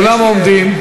כולם עומדים.